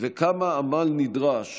וכמה עמל נדרש